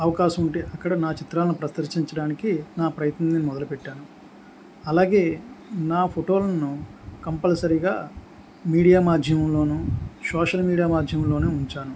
అవకాశం ఉంటే అక్కడ నా చిత్రాలను ప్రదర్శించడానికి నా ప్రయత్నం నేను మొదలుపెట్టాను అలాగే నా ఫోటోలను కంపల్సరీగా మీడియా మాధ్యమంలోనూ సోషల్ మీడియా మాధ్యమంలోనే ఉంచాను